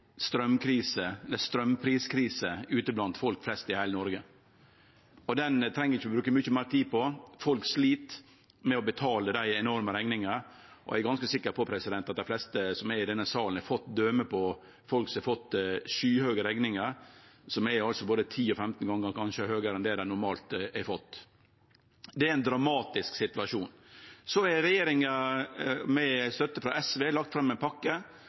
ute blant folk flest i heile Noreg, og den treng vi ikkje bruke mykje meir tid på. Folk slit med å betale dei enorme rekningane, og eg er ganske sikker på at dei fleste som er i denne salen, har fått døme frå folk som har fått skyhøge rekningar, som kanskje er både ti og femten gonger høgare enn det dei normalt har hatt. Det er ein dramatisk situasjon. Så har regjeringa med støtte frå SV lagt fram ein pakke